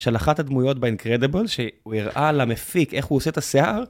של אחת את הדמויות באינקרדיבול, שהוא הראה למפיק איך הוא עושה את השיער?